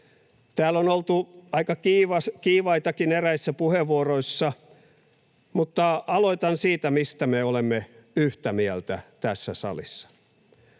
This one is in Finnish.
Täällä on oltu aika kiivaitakin eräissä puheenvuoroissa, mutta aloitan siitä, mistä me olemme yhtä mieltä tässä salissa: